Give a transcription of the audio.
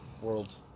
world